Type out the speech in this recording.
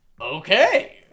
okay